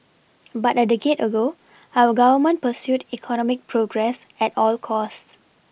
but a decade ago our Government pursued economic progress at all costs